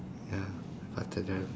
ya faster tell